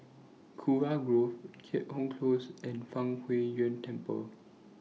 Kurau Grove Keat Hong Close and Fang Huo Yuan Temple